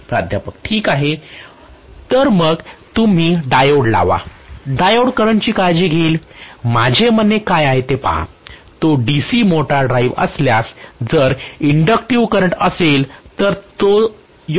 प्राध्यापक ठीक आहे तर मग तुम्ही डायोड लावा डायोड करंटची काळजी घेईल माझे म्हणणे काय ते पहा तो DC मोटर ड्राईव्ह असल्यास जर इंडक्टिव्ह करंट असेल तर तो योग्य मुद्दा आहे असे म्हणत आहे